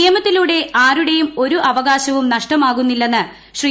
നിയമത്തിലൂടെ ആരുടേയും ഒരു അവകാശവും നഷ്ടമാകുന്നില്ലെന്ന് ശ്രീ